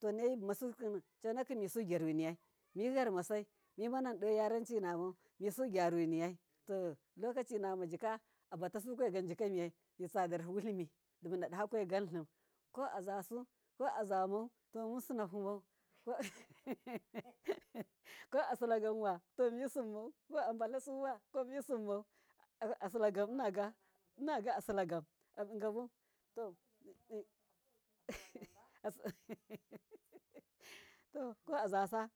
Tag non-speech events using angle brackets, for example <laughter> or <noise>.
Chonakim misugyaruniyai miyarmasa mimanan do yarancinamau misugyaruni yai, to lokacinamajika abata sufaiganjimiyai mitsadarhi wulimi koazasu ko azamau munsinahumau <laughs> ko asilaganwa to misim mau, ko asilaganwa to misim mau asilagam adigamau inaga asilagam <laughs> koazasa